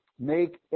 Make